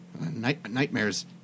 nightmares